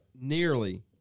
Nearly